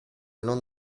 non